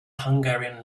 hungarian